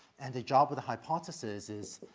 and the job of the hypothesis is,